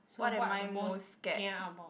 so what are the most kia about